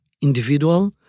individual